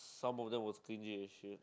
some of them was stingy as shit